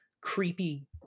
creepy